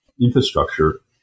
infrastructure